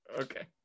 Okay